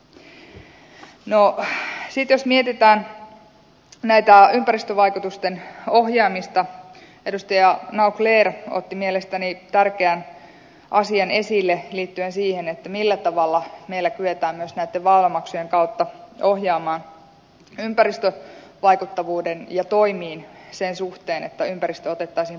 sitten jos mietitään ympäristövaikutusten ohjaamista edustaja naucler otti mielestäni tärkeän asian esille liittyen siihen millä tavalla meillä kyetään myös näitten väylämaksujen kautta ohjaamaan ympäristövaikuttavuuteen ja toimiin sen suhteen että ympäristö otettaisiin paremmin huomioon